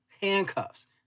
handcuffs